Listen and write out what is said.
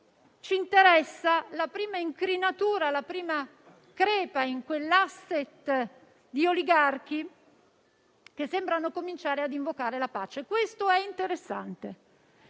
invece, la prima incrinatura, la prima crepa in quell'*asset* di oligarchi che sembrano cominciare ad invocare la pace. Questo è interessante.